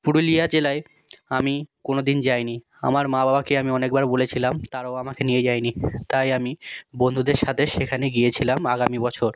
পুরুলিয়া জেলায় আমি কোনো দিন যাই নি আমার মা বাবাকে আমি অনেকবার বলেছিলাম তারাও আমাকে নিয়ে যায় নি তাই আমি বন্ধুদের সাথে সেখানে গিয়েছিলাম আগামী বছর